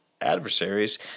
adversaries